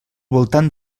voltant